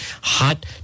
Hot